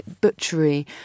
butchery